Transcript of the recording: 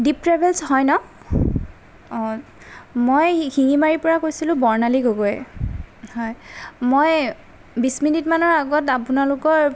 দীপ travels হয় ন' অঁ মই শিঙিমাৰীৰ পৰা কৈছিলোঁ বৰ্ণালী গগৈয়ে হয় মই বিছ মিনিটমানৰ আগত আপোনালোকৰ